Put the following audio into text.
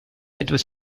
etwas